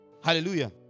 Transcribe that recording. Hallelujah